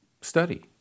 study